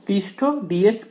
পৃষ্ঠ ds কি